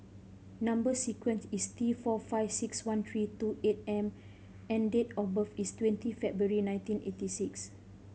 number sequence is T four five six one three two eight M and date of birth is twenty February nineteen eighty six